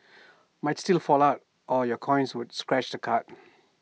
might still fall out or your coins would scratch the card